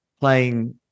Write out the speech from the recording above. playing